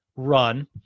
Run